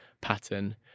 pattern